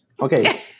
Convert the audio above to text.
Okay